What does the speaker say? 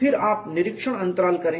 फिर आप निरीक्षण अंतराल करें